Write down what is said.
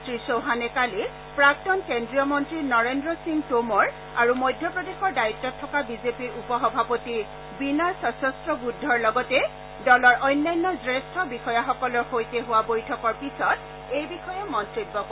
শ্ৰীটৌহানে কালি প্ৰক্তন কেন্দ্ৰীয় মন্ত্ৰী নৰেন্দ্ৰ সিঙ টোমৰ আৰু মধ্যপ্ৰদেশৰ দায়িত্বত থকা বিজেপিৰ উপ সভাপতি বিনয় সহস্ৰবুদ্ধেৰ লগতে দলৰ অন্যান্য জ্যেষ্ঠ বিষয়াসকলৰ সৈতে হোৱা বৈঠকৰ পিছত এই বিষয়ে মন্তব্য কৰে